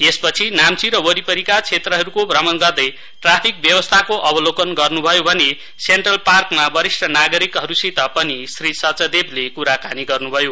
यस पछि नाम्ची र वरिपरीका क्षेत्रको भ्रमण गर्दै ट्राफिक व्यवस्थाको अवलोकन गर्नुभयो भने सेन्ट्रल पार्कमा वरिष्ठ नागरिकहरूसित पनि श्री सचदेवले कुराकानी पनि गर्नुभयो